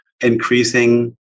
increasing